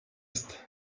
ist